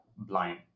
blind